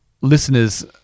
listeners